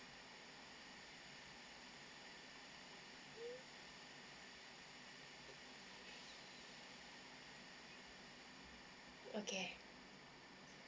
okay